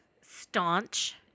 Staunch